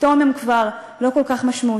פתאום הם כבר לא כל כך משמעותיים?